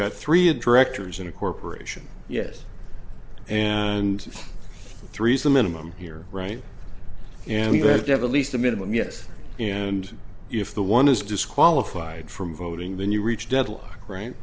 got three a directors in a corporation yes and three is the minimum here right and you have to have a least a minimum yes and if the one is disqualified from voting then you reach deadlock right